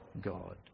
God